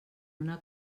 una